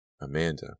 Amanda